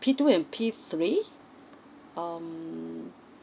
P two and P three um